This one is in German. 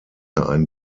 ein